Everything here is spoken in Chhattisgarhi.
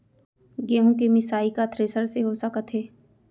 गेहूँ के मिसाई का थ्रेसर से हो सकत हे?